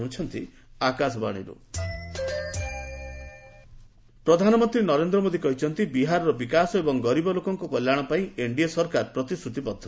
PM ପ୍ରଧାନମନ୍ତ୍ରୀ ନରେନ୍ଦ୍ର ମୋଦୀ କହିଛନ୍ତି ବିହାରର ବିକାଶ ଏବଂ ଗରିବ ଲୋକଙ୍କ କଲ୍ୟାଣ ପାଇଁ ଏନ୍ଡିଏ ସରକାର ପ୍ରତିଶ୍ରତିବଦ୍ଧ